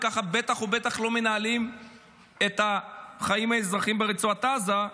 וככה בטח ובטח לא מנהלים את החיים האזרחיים ברצועת עזה,